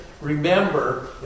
remember